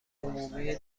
عمومی